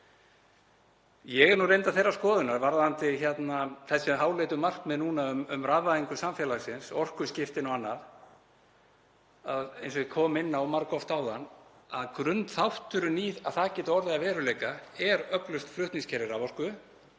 Ég er reyndar þeirrar skoðunar varðandi þessi háleitu markmið núna um rafvæðingu samfélagsins, orkuskiptin og annað, eins og ég kom inn á margoft áðan, að grunnþátturinn í því að það geti orðið að veruleika er öflugt flutningskerfi raforku